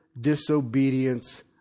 disobedience